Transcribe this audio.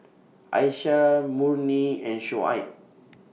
Aisyah Murni and Shoaib